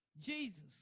Jesus